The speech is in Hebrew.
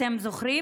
אתם זוכרים?